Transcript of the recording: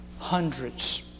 Hundreds